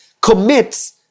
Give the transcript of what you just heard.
commits